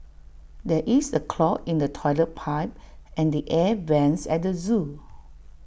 there is A clog in the Toilet Pipe and the air Vents at the Zoo